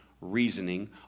reasoning